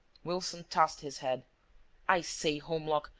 wilson tossed his head i say, holmlock,